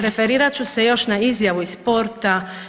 Referirat ću se još na izjavu iz sporta.